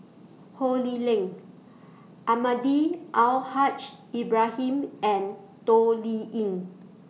Ho Lee Ling Almahdi Al Haj Ibrahim and Toh Liying